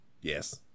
yes